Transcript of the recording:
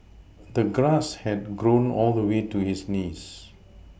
the grass had grown all the way to his knees